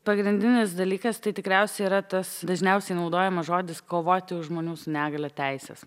pagrindinis dalykas tai tikriausiai yra tas dažniausiai naudojamas žodis kovoti už žmonių su negalia teises